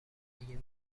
اگه